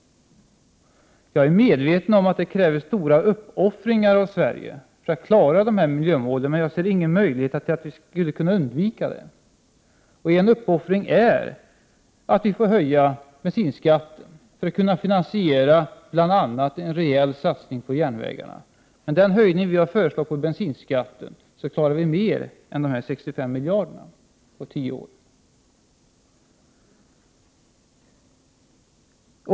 Jag är medveten om att det kräver stora uppoffringar för att vi i Sverige skall klara av att uppnå de här miljömålen. Men jag ser ingen möjlighet att vi skulle kunna undvika uppoffringar. En uppoffring är att vi får höja bensinskatten för att vi bl.a. skall kunna finansiera en rejäl satsning på järnvägarna. Med den höjning miljöpartiet föreslagit av bensinskatterna klarar vi av att satsa mer än de 65 miljarderna på tio år.